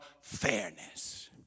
fairness